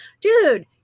dude